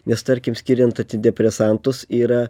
nes tarkim skiriant antidepresantus yra